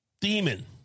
demon